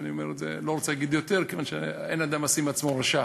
ואני לא רוצה להגיד שיותר כיוון שאין אדם משים עצמו רשע,